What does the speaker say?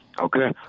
okay